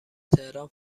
تهران